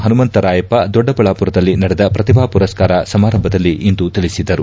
ಹನುಮಂತರಾಯಪ್ಪ ದೊಡ್ಡಬಳ್ಳಾಮರದಲ್ಲಿ ನಡೆದ ಪ್ರತಿಭಾ ಪುರಸ್ನಾರ ಸಮಾರಂಭದಲ್ಲಿಂದು ತಿಳಿಸಿದರು